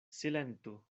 silentu